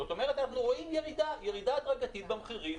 זאת אומרת, אנחנו רואים ירידה הדרגתית במחירים.